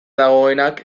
dagoenak